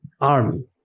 army